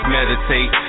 meditate